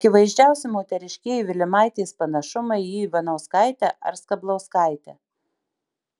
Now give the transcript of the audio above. akivaizdžiausi moteriškieji vilimaitės panašumai į ivanauskaitę ar skablauskaitę